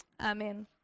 amen